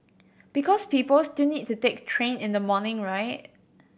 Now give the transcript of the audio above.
because people still need to take train in the morning right